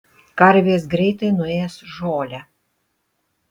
karvės greitai nuės žolę